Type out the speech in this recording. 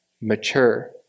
mature